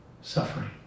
suffering